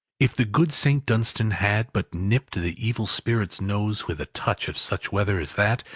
if the good saint dunstan had but nipped the evil spirit's nose with a touch of such weather as that,